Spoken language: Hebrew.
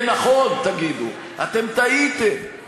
כן, נכון, תגידו, אתם טעיתם.